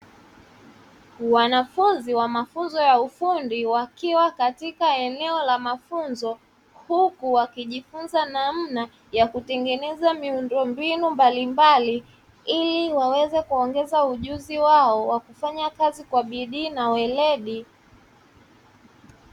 Wanafunzi wa mafunzo ya ufundi wakiwa katika eneo la mafunzo, huku wakijifunza namna ya kutengeneza miundombinu mbalimbali ili waweze kuongeza ujuzi wao wa kufanya kazi kwa bidii na uweledi.